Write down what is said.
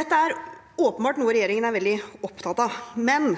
Dette er åpenbart noe regjeringen er veldig opptatt av.